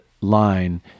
line